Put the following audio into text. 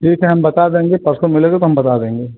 ठीक है हम बता देंगे परसों मिलेंगे तो हम बता देंगे